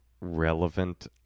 Relevant